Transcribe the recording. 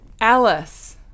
Alice